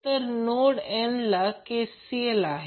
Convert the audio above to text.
तर node n ला KCL आहे